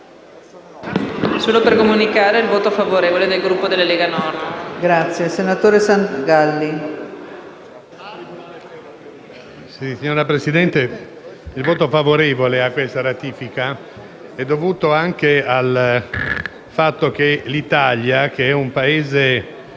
Signora Presidente, il voto favorevole a questa ratifica è dovuto anche al fatto che l'Italia, che è un Paese